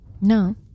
No